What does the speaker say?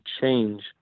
change